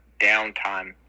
downtime